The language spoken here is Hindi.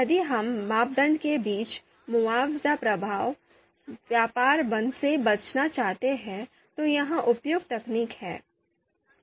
यदि हम मापदंड के बीच मुआवजा प्रभाव व्यापार बंद से बचना चाहते हैं तो यह उपयुक्त तकनीक है